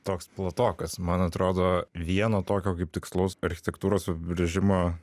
toks platokas man atrodo vieno tokio kaip tikslaus architektūros apibrėžimo